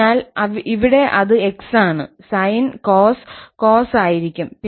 അതിനാൽ ഇവിടെ അത് 𝑥 ആണ് സൈൻ കോസ് ആയിരിക്കും